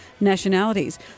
nationalities